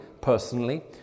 personally